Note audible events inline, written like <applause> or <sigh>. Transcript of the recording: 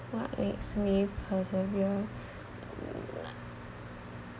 what makes me persevere <noise>